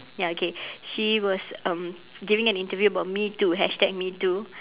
ya okay she was um giving an interview about me too hashtag me too